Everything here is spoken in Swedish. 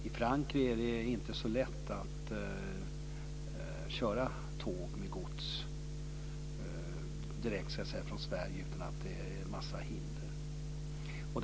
I Frankrike är det inte så lätt att köra tåg med gods direkt från Sverige, utan det är en massa hinder.